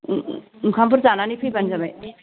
ओंखामफोर जानानै फैबानो जाबाय